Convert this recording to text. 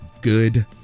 Good